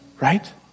right